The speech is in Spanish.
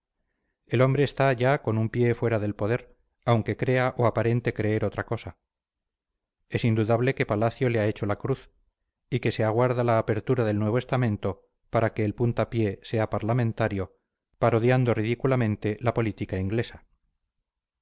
el hombre está ya con un pie fuera del poder aunque crea o aparente creer otra cosa es indudable que palacio le ha hecho la cruz y que se aguarda la apertura del nuevo estamento para que el puntapié sea parlamentario parodiando ridículamente la política inglesa